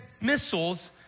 missiles